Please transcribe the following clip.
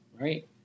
right